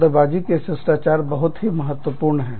सौदेबाजी के शिष्टाचार बहुत ही महत्वपूर्ण है